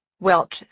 Welch